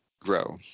grow